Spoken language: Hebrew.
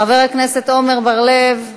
חבר הכנסת עמר בר-לב,